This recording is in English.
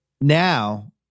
Now